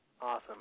Awesome